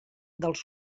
dels